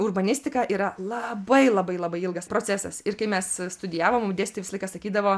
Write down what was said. urbanistika yra labai labai labai ilgas procesas ir kai mes studijavom dėstytojai visą laiką sakydavo